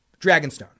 Dragonstone